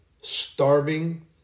starving